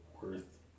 worth